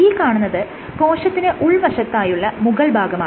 ഈ കാണുന്നത് കോശത്തിന് ഉൾവശത്തായുള്ള മുകൾ ഭാഗമാണ്